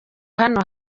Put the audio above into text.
hano